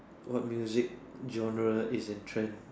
what music genre is in trend